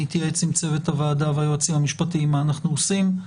אני אתייעץ עם צוות הוועדה והיועצים המשפטיים מה אנחנו עושים.